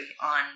on